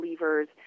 levers